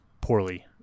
poorly